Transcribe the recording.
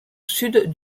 sud